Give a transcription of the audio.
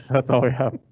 that's all we have.